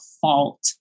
fault